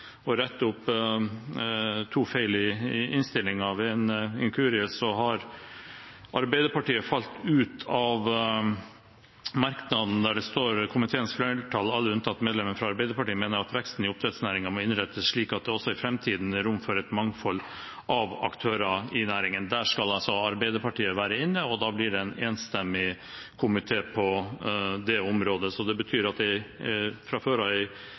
først rette opp to feil i innstillingen. Ved en inkurie har Arbeiderpartiet falt ut av merknaden der det står: «Komiteens flertall, alle unntatt medlemmene fra Arbeiderpartiet, mener at veksten i oppdrettsnæringen må innrettes slik at det også i fremtiden er rom for et mangfold av aktører i næringen.» Der skal altså Arbeiderpartiet være inne, og da blir det en enstemmig komité på det området. Det betyr at en innstilling hvor det fra